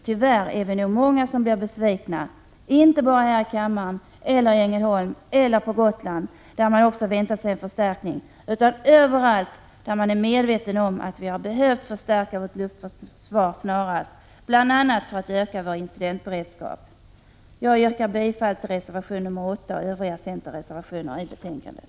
Tyvärr är vi nog många som kommer att bli besvikna — inte bara här i kammaren eller i Ängelholm eller på Gotland, där man också väntat sig en förstärkning, utan överallt där man är medveten om att vi hade behövt förstärka vårt luftförsvar snarast, bl.a. för att öka vår incidentberedskap. Jag yrkar bifall till reservation nr 8 och till övriga centerreservationer i betänkandet.